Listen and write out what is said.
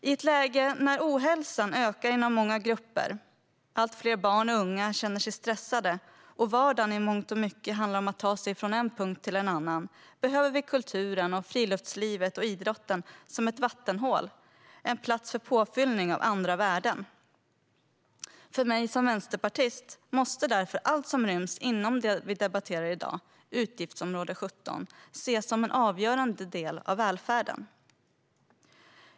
I ett läge när ohälsan ökar inom många grupper, allt fler barn och unga känner sig stressade och vardagen i mångt och mycket handlar om att ta sig från en punkt till en annan behöver vi kulturen, friluftslivet och idrotten som ett vattenhål, en plats för påfyllning av andra värden. För mig som vänsterpartist måste därför allt som ryms inom det vi debatterar i dag, utgiftsområde 17, ses som en avgörande del av välfärden.